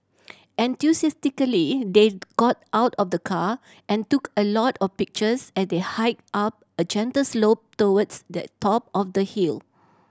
enthusiastically they got out of the car and took a lot of pictures as they hiked up a gentle slope towards the top of the hill